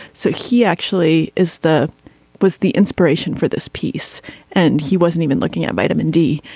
so he actually is the was the inspiration for this piece and he wasn't even looking at vitamin d.